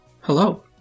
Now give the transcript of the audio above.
Hello